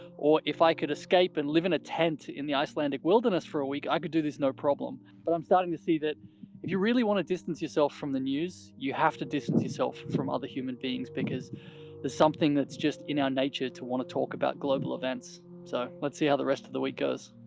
or if i could escape and live in a tent in the icelandic wilderness for a week, i could do this no problem. but i'm starting to see that if you really wanna distance yourself from the news, you have to distance yourself from other human beings because there's something that's just in our nature to wanna talk about global events. so, let's see how the rest of the week goes.